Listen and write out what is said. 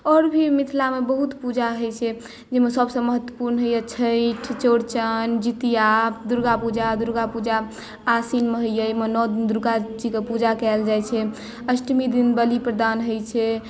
आओर भी मिथिलामे बहुत पूजा होइ छै आहिमे सभसँ महत्वपुर्ण होइया छठि चौड़चन जितिया दुर्गापूजा आश्विनमे होइया एहिमे नओ दिन भगवतीके पूजा कयल जाइ छै अष्टमी दिन बलि प्रदान होइ छै